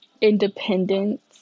independence